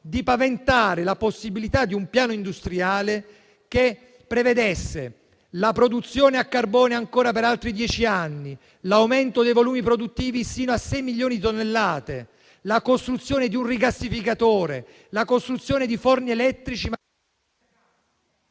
di paventare la possibilità di un piano industriale che prevedesse la produzione a carbone ancora per altri dieci anni, l'aumento di volumi produttivi sino a 6 milioni di tonnellate, la costruzione di un rigassificatore, la costruzione di forni elettrici